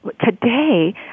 Today